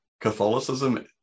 Catholicism